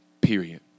Period